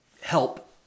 help